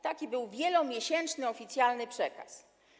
Taki był wielomiesięczny oficjalny przekaz.